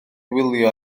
wylio